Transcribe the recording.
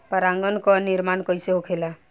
पराग कण क निर्माण कइसे होखेला?